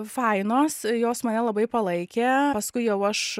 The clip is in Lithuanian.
fainos jos mane labai palaikė paskui jau aš